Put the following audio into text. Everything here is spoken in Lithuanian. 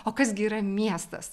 o kas gi yra miestas